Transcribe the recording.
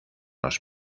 los